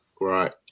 right